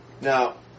Now